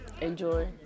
enjoy